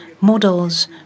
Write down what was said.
models